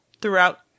throughout